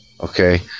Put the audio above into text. Okay